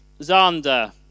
Zander